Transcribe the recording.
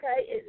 Okay